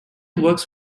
works